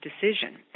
decision